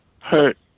hurt